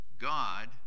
God